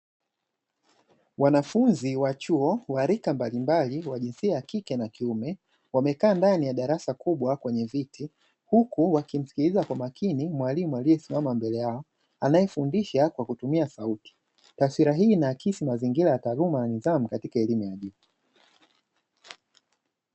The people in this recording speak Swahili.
Wanafunzi wa chuo wa rika mbalimbali wa jinsia ya kike na kiume wamekaa ndani ya darasa kubwa kwenye viti, huku wakimsikiliza kwa makini mwalimu aliesimama mbele yao anayefundisha kwa kutumia sauti, taswira hii inaakisi mazingira ya taaluma ya nidhamu katika elimu ya juu.